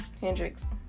Hendrix